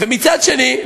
ומצד שני,